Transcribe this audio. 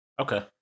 Okay